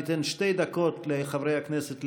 אנחנו ניתן שתי דקות לחברי הכנסת להגיע.